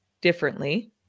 differently